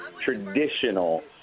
traditional